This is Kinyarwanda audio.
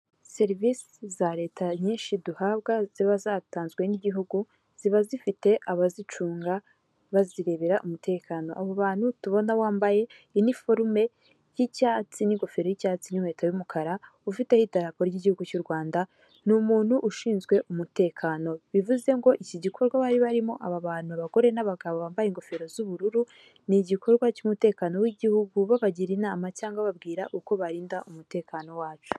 Serivisi za leta nyinshi duhabwa ziba zatanzwe n'igihugu ziba zifite abazicunga bazirebera umutekano, abo bantu tubona bambaye iniforume y'icyatsi n'ingofero y'icyatsi n'inkweto y'umukara ifiteho idarapo ry'igihugu cy'u Rwanda ni umuntu ushinzwe umutekano bivuze ko iki gikorwa bari barimo, aba bantu abagore n'abagabo bambaye ingofero z'ubururu ni igikorwa cy'umutekano w'igihugu babagira inama cyangwa ababwira uko barinda umutekano wacu.